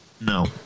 No